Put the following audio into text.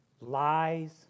lies